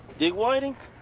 dick whiting?